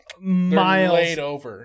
miles